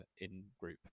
in-group